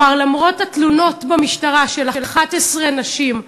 למרות התלונות במשטרה של 11 נשים,